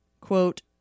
quote